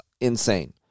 insane